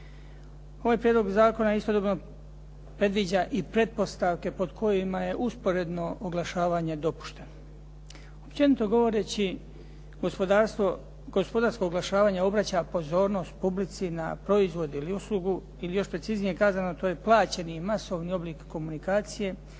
Moj prijedlog zakona istodobno predviđa i pretpostavke pod kojima je usporedno oglašavanje dopušteno. Općenito govoreći gospodarsko oglašavanje obraća pozornost publici na proizvod ili uslugu ili još preciznije kazano to je plaćeni masovni oblik komunikacije,